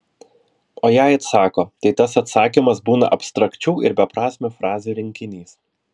o jei atsako tai tas atsakymas būna abstrakčių ir beprasmių frazių rinkinys